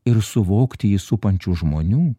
ir suvokti jį supančių žmonių